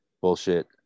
bullshit